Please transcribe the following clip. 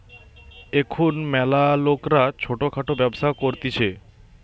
এখুন ম্যালা লোকরা ছোট খাটো ব্যবসা করতিছে